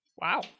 Wow